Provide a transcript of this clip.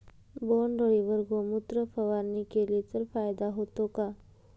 बोंडअळीवर गोमूत्र फवारणी केली तर फायदा होतो का?